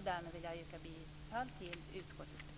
Därmed vill jag yrka bifall till hemställan i utskottets betänkande.